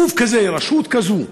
גוף כזה, רשות כזאת,